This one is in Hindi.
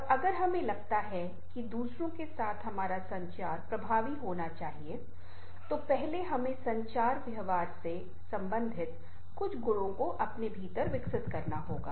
और अगर हमें लगता है कि दूसरों के साथ हमारा संचार प्रभावी होना चाहिए तो पहले हमें संचार व्यवहार से संबंधित कुछ गुणों को अपने भीतर विकसित करना होगा